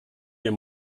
wir